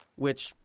which,